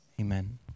Amen